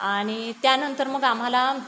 आणि त्यानंतर मग आम्हाला